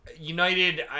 united